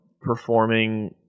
performing